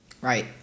Right